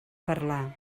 parlar